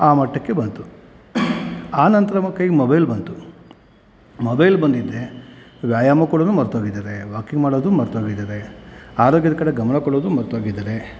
ಆ ಮಟ್ಟಕ್ಕೆ ಬಂತು ಆ ನಂತರ ನಮ್ಮ ಕೈಗೆ ಮೊಬೈಲ್ ಬಂತು ಮೊಬೈಲ್ ಬಂದಿದ್ದೇ ವ್ಯಾಯಾಮ ಕೂಡ ಮರ್ತು ಹೋಗಿದ್ದಾರೆ ವಾಕಿಂಗ್ ಮಾಡೋದು ಮರ್ತು ಹೋಗಿದ್ದಾರೆ ಆರೋಗ್ಯದ ಕಡೆ ಗಮನ ಕೊಡೋದು ಮರ್ತು ಹೋಗಿದ್ದಾರೆ